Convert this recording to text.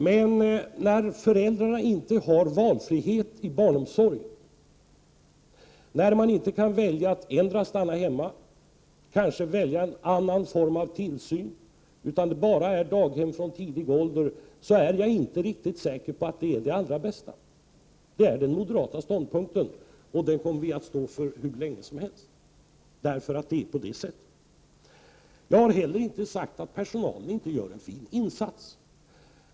Men när föräldrarna inte har valfrihet i barnomsorgen, inte kan välja att stanna hemma eller kanske välja en annan form av tillsyn utan det bara är daghem som gäller från tidig ålder, är jag inte riktigt säker på att det är det allra bästa. Det är den moderata ståndpunkten, och den kommer vi att stå för hur länge som helst, därför att det är så. Jag har inte heller sagt att personalen inte gör en fin insats.